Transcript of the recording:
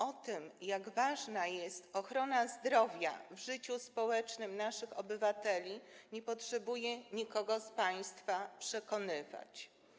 O tym, jak ważna jest ochrona zdrowia w życiu społecznym naszych obywateli, nie potrzebuję nikogo z państwa przekonywać.